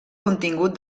contingut